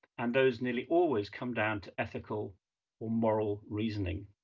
and those nearly always come down to ethical or moral reasoning.